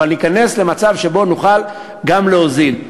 אבל ניכנס למצב שבו נוכל גם להוזיל.